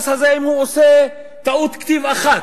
ואם במילוי הטופס הוא עושה טעות כתיב אחת,